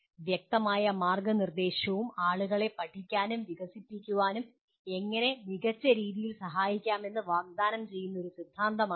വ്യക്തമായ മാർഗ്ഗനിർദ്ദേശവും ആളുകളെ പഠിക്കാനും വികസിപ്പിക്കാനും എങ്ങനെ മികച്ച രീതിയിൽ സഹായിക്കാമെന്നും വാഗ്ദാനം ചെയ്യുന്ന ഒരു സിദ്ധാന്തമാണിത്